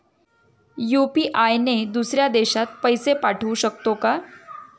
UPI ने दुसऱ्या देशात पैसे पाठवू शकतो का?